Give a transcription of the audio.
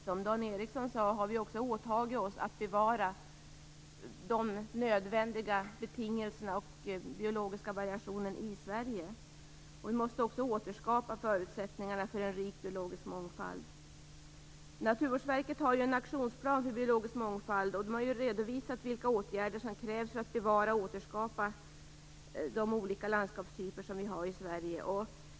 Som Dan Ericsson sade har vi åtagit oss att bevara de nödvändiga betingelserna och den biologiska variationen i Sverige. Vi måste också återskapa förutsättningarna för en rik biologisk mångfald. Naturvårdsverket har en aktionsplan för biologisk mångfald, där man har redovisat vilka åtgärder som krävs för att bevara och återskapa de olika landskapstyper som vi har i Sverige.